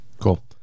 cool